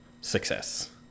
success